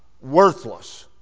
worthless